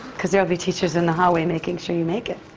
because there will be teachers in the hallway making sure you make it,